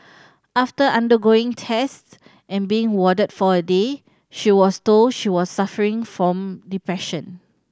after undergoing tests and being warded for a day she was told she was suffering from depression